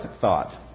thought